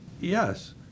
Yes